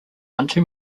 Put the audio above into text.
unto